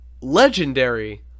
legendary